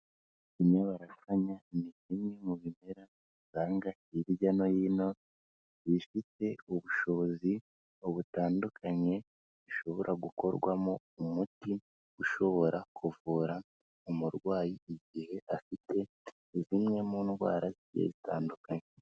Inyarabasanya ni bimwe mu bimera usanga hirya no hino bifite ubushobozi butandukanye bishobora gukorwamo umuti ushobora kuvura umurwayi igihe afite zimwe mu ndwara zigiye zitandukanye.